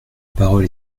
parole